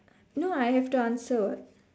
no I have to answer what